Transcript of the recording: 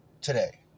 today